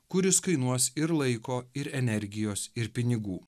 kuris kainuos ir laiko ir energijos ir pinigų